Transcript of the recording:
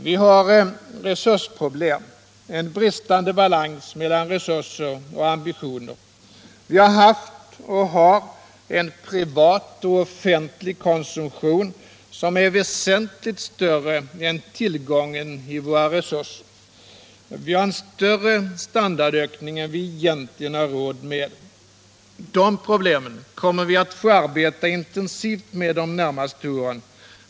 Vi har resursproblem — en bristande balans mellan resurser och ambitioner. Vi har haft och har en privat och offentlig konsumtion som är väsentligt större än tillgången i våra resurser. Vi har en större standardökning än vi egentligen har råd med. De problemen kommer vi att få arbeta intensivt med de närmaste åren.